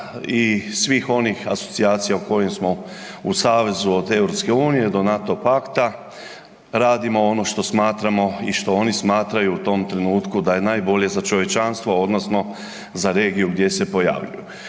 i svih onih asocijacija u kojima smo u savezu od Europske unije do NATO Pakta radimo ono što smatramo i što oni smatraju u tom trenutku da je najbolje za čovječanstvo odnosno za regiju gdje se pojavljuju.